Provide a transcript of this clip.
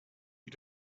wie